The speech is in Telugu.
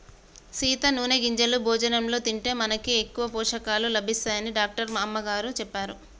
సీత నూనె గింజలు భోజనంలో తింటే మనకి ఎక్కువ పోషకాలు లభిస్తాయని డాక్టర్ అమ్మగారు సెప్పారు